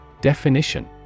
Definition